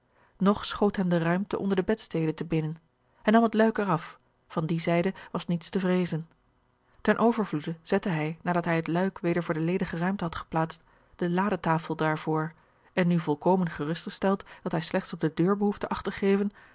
nog schoot hem de ruimte onder de bedstede te binnen hij nam het luik er af van die zijde was niets te vreezen ten overvloede zette hij nadat hij het luik weder voor de ledige ruimte had geplaatst de ladetafel daarvoor en nu volkomen gerust gesteld dat hij slechts op de deur behoefde acht te geven